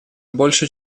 больше